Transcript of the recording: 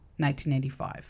1985